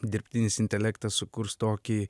dirbtinis intelektas sukurs tokį